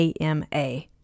AMA